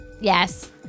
Yes